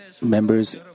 members